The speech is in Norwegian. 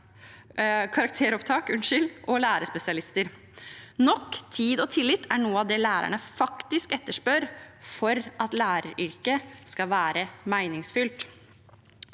karakteropptak og lærerspesialister. Nok tid og tillit er noe av det lærerne faktisk etterspør for at læreryrket skal være meningsfylt.